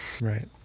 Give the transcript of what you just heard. Right